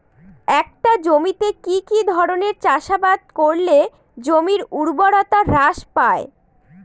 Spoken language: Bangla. একটা জমিতে কি কি ধরনের চাষাবাদ করলে জমির উর্বরতা হ্রাস পায়না?